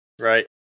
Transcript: Right